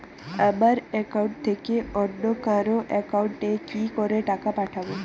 আমার একাউন্ট থেকে অন্য কারো একাউন্ট এ কি করে টাকা পাঠাবো?